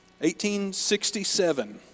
1867